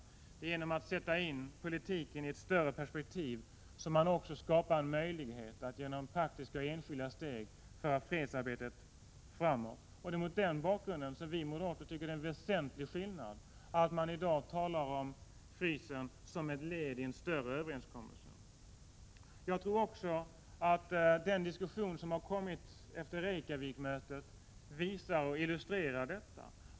Det är genom att sätta in politiken i ett större perspektiv som man också skapar en möjlighet att genom praktiska och enskilda steg föra fredsarbetet framåt. Det är mot den bakgrunden vi moderater tycker att det är en väsentlig skillnad att tala om frysningen som ett led i en större överenskommelse. Jag tror också att den diskussion som kommit efter Reykjavikmötet illustrerar detta.